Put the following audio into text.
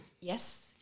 Yes